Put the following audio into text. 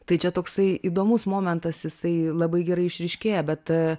tai čia toksai įdomus momentas jisai labai gerai išryškėja bet